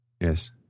Yes